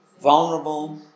vulnerable